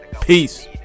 Peace